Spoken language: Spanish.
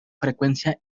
frecuencia